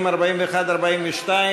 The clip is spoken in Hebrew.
40, 41, 42,